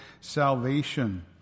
salvation